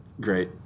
Great